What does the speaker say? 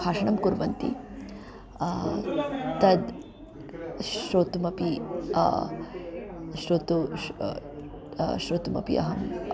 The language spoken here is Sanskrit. भाषणं कुर्वन्ति तद् श्रोतुमपि श्रोतुं श्रोतुमपि अहं